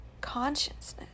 consciousness